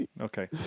Okay